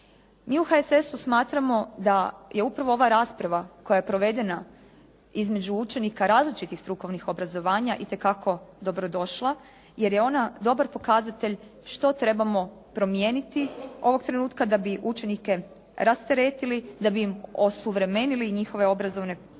Mi u HSS-u smatramo da je upravo ova rasprava koja je provedena između učenika različitih strukovnih obrazovanja itekako dobrodošla jer je ona dobar pokazatelj što trebamo promijeniti ovog trenutka da bi učenike rasteretili, da bi im osuvremenili njihove obrazovne